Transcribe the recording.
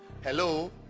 Hello